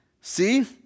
see